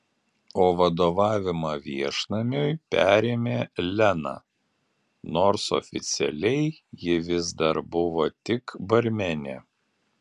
o vadovavimą viešnamiui perėmė lena nors oficialiai ji vis dar buvo tik barmenė